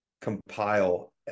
compile